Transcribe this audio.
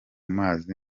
mazi